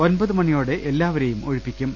ഒമ്പത് മണിയോടെ എല്ലാവരേയും ഒഴിപ്പിക്കും